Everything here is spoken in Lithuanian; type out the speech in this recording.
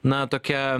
na tokia